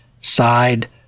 side